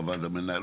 בוועד המנהל,